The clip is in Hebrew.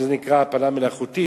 שזה נקרא הפלה מלאכותית,